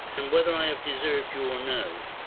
and whether i have deserv'd you or no.